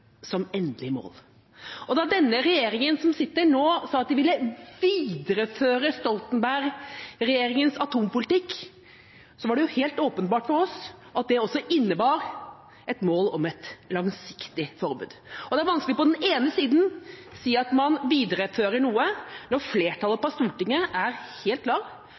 som endelig mål. Og da den nåværende regjeringa sa at de ville videreføre Stoltenberg-regjeringas atomvåpenpolitikk, var det helt åpenbart for oss at det også innebar et langsiktig mål om et forbud. Det er vanskelig på den ene sida å si at man viderefører noe, når flertallet på Stortinget er helt